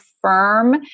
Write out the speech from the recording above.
firm